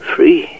Free